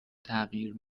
تغییر